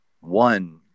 One